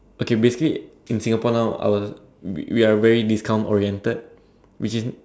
okay basically in Singapore now our we we are very discount oriented which means